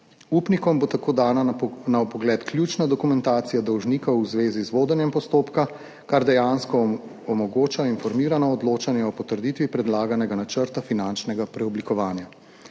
Upnikom bo tako dana na vpogled ključna dokumentacija dolžnikov v zvezi z vodenjem postopka, kar dejansko omogoča informirano odločanje o potrditvi predlaganega načrta finančnega preoblikovanja.